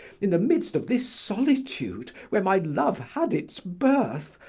in the midst of this solitude where my love had its birth,